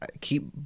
Keep